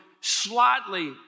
slightly